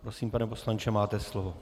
Prosím, pane poslanče, máte slovo.